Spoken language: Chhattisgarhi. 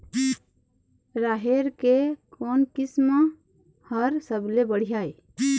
राहेर के कोन किस्म हर सबले बढ़िया ये?